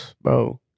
bro